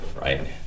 right